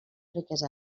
riquesa